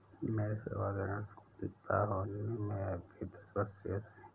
मेरे सावधि ऋण चुकता होने में अभी दस वर्ष शेष है